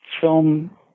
film